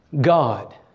God